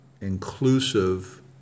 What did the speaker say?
inclusive